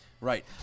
Right